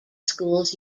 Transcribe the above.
schools